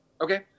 Okay